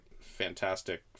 fantastic